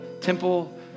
temple